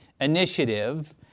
initiative